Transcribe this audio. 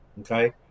Okay